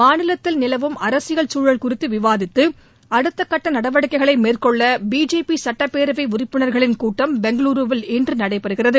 மாநிலத்தில் நிலவும் அரசியல் சூழல் குறித்து விவாதித்து அடுத்தக்கட்ட நடவடிக்கைகளை மேற்கொள்ள பிஜேபி சட்டப்பேரவை உறப்பினர்களின் கூட்டம் பெங்களுருவில் இன்று நடைபெறுகிறது